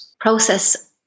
Process